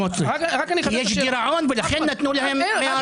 יש גירעון ולכן נתנו להם 140 מיליון שקלים.